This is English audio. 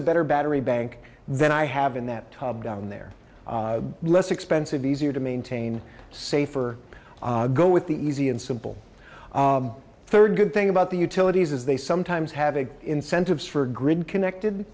a better battery bank than i have in that job down there less expensive easier to maintain safer go with the easy and simple third good thing about the utilities as they sometimes have a incentives for grid connected